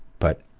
but,